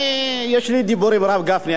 יש לי דיבור עם הרב גפני,